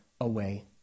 away